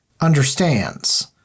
understands